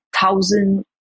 thousand